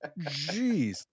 Jeez